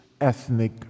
ethnic